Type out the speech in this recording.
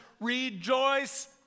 rejoice